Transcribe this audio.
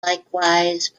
likewise